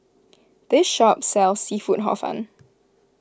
this shop sells Seafood Hor Fun